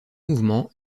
mouvements